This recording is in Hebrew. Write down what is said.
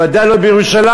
ודאי לא בירושלים.